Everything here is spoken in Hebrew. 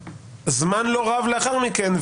זמן לא רב לאחר מכן,